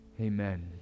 Amen